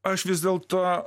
aš vis dėlto